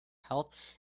health